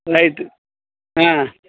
right ஆ